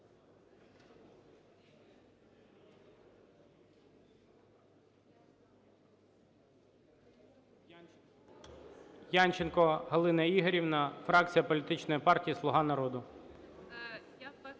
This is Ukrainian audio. Янченко Галина Ігорівна, фракція політичної партії "Слуга народу".